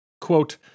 quote